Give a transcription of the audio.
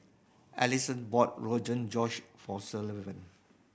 bought Josh for Sullivan